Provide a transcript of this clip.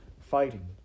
fighting